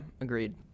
agreed